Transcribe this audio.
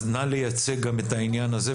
אז נא לייצג גם את העניין הזה,